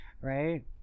right